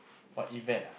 what event ah